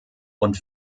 und